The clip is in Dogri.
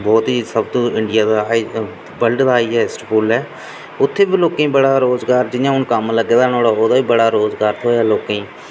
बोह्त ही सबतू इंडिया दा वर्ल्ड हाईऐस्ट पुल्ल ऐ उत्थैं बी लोकें गी बड़ा रोजगार जि'यां हून कम्म लग्गे दा ओह्दा बी बड़ा रोजगार थ्होआ लोकें गी